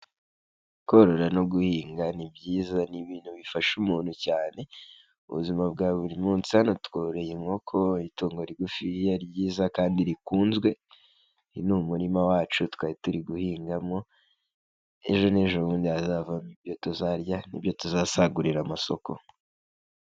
Korora no guhinga ni byiza, ni ibintu bifasha umuntu cyane m'ubuzima bwa buri munsi. Hano tworeye inkoko, itungo rigufiya ryiza kandi rikunzwe. Ni umurima wacu twari turi guhingamo ejo n'jobundi hazava ibyo tuzarya ni nibyo tuzasagurira amasoko.